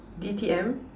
B_P_M